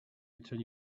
return